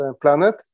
planet